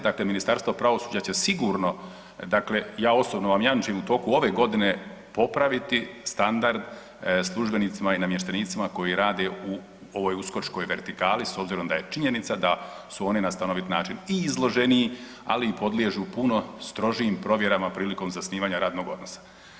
Dakle, Ministarstvo pravosuđa će sigurno, dakle ja osobno vam jamčim u toku ove godine popraviti standard službenicima i namještenicima koji rade u ovoj uskočkoj vertikali s obzirom da je činjenica da su oni na stanovit način i izloženiji, ali i podliježu puno strožijim provjerama prilikom zasnivanja radnog odnosa.